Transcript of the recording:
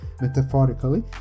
metaphorically